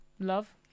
Love